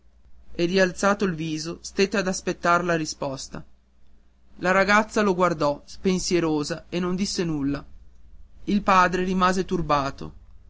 e rialzato il viso stette a aspettar la risposta la ragazza lo guardò pensierosa e non disse nulla il padre rimase turbato